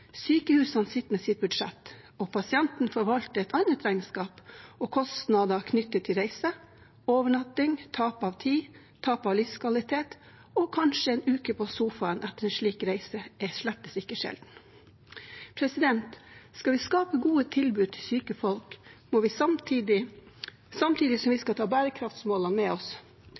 Sykehusene sitter med sitt budsjett, og pasienten forvalter et annet regnskap og kostnader knyttet til reise, overnatting, tap av tid, tap av livskvalitet – og kanskje en uke på sofaen etter en slik reise, det er slett ikke sjelden. Skal vi skape gode tilbud til syke folk samtidig som vi skal ta bærekraftsmålene med oss,